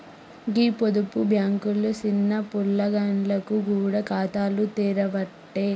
గీ పొదుపు బాంకులు సిన్న పొలగాండ్లకు గూడ ఖాతాలు తెరవ్వట్టే